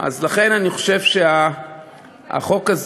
לכן אני חושב שהחוק הזה,